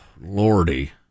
lordy